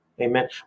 Amen